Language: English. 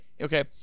Okay